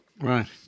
Right